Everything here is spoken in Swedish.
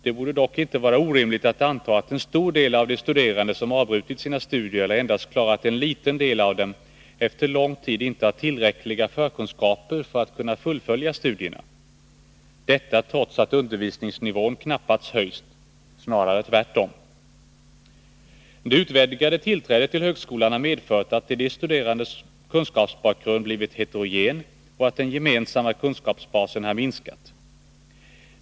Det borde dock inte vara orimligt att anta att en stor del av de studerande som avbrutit sina studier eller endast klarat en liten del av dem efter lång tid inte har tillräckliga förkunskaper för att kunna fullfölja studierna; detta trots att undervisningsnivån knappast höjts — snarare tvärtom. Det vidgade tillträdet till högskolan har medfört att de studerandes kunskapsbakgrund blivit heterogen och att den gemensamma kunskapsbasen har minskat.